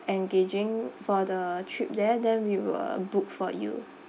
engaging for the trip there then we will book for you